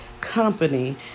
company